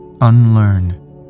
unlearn